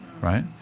right